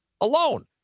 alone